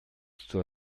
zur